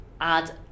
add